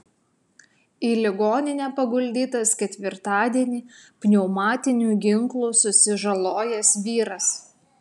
į ligoninę paguldytas ketvirtadienį pneumatiniu ginklu susižalojęs vyras